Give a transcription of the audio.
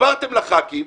סיפרתם לח"כים,